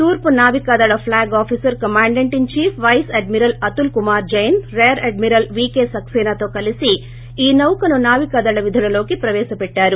తూర్పు నావికాదళ flag officer commandant in chief పైస్ admiral Atul Kumar Jain rear admiral V సక్సేనాతో కలిసి ఈ నౌకను నావికాదళ విధులలోకి ప్రపేశపెట్లారు